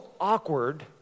awkward